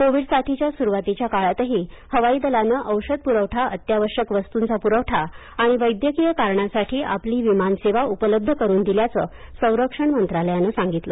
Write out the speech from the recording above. Covid साथीच्या सुरुवातीच्या काळातही हवाई दलानं औषध पुरवठा अत्यावश्यक वस्तूंचा पुरवठा आणि वैद्यकीय कारणासाठी आपली विमानसेवा उपलब्ध करुन दिल्याचं संरक्षण मंत्रालयानं सांगितलं